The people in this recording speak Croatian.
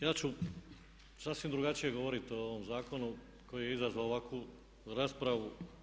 Ja ću sasvim drugačije govorit o ovome zakonu koji je izazvao ovakvu raspravu.